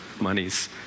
monies